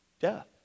death